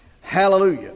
Hallelujah